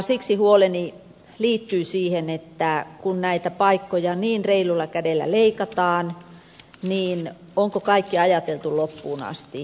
siksi huoleni liittyy siihen että kun näitä paikkoja niin reilulla kädellä leikataan niin onko kaikki ajateltu loppuun asti